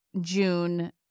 June